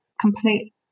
Complete